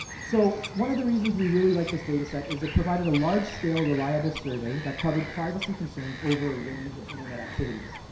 so one of the reasons we really liked this data set is it provided a large scale reliable survey that covered privacy concerns over a range of internet activities.